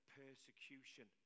persecution